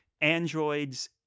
androids